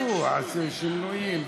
אגב, בחברות זה גם נשים וגם גברים?